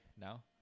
now